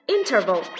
Interval